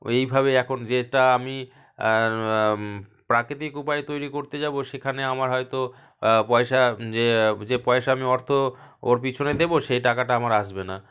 ওইভাবে এখন যেটা আমি প্রাকৃতিক উপায়ে তৈরি করতে যাবো সেখানে আমার হয়তো পয়সা যে পয়সা আমি অর্থ ওর পিছনে দেবো সে টাকাটা আমার আসবে না